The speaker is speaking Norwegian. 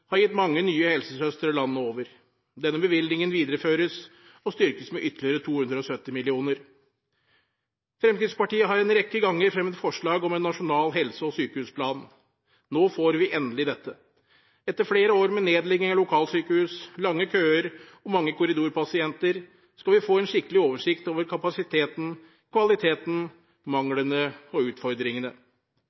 har gitt mange nye helsesøstre landet over. Denne bevilgningen videreføres og styrkes med ytterligere 270 mill. kr. Fremskrittspartiet har en rekke ganger fremmet forslag om en nasjonal helse- og sykehusplan. Nå får vi endelig dette. Etter flere år med nedlegging av lokalsykehus, lange køer og mange korridorpasienter skal vi få en skikkelig oversikt over kapasiteten, kvaliteten, manglene og utfordringene.